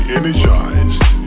energized